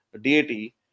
deity